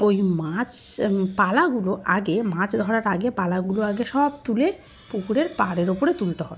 ওই মাছ পালাগুলো আগে মাছ ধরার আগে পালাগুলো আগে সব তুলে পুকুরের পাড়ের ওপরে তুলতে হয়